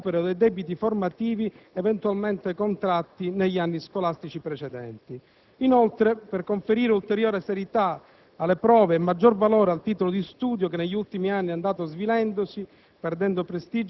ma anche il recupero dei debiti formativi eventualmente contratti negli anni scolastici precedenti. Inoltre, per conferire ulteriore serietà alle prove e maggior valore al titolo di studio che negli ultimi anni è andato svilendosi,